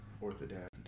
Orthodox